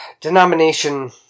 denomination